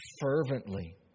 fervently